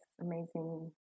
amazing